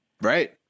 Right